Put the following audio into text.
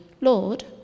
Lord